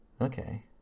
okay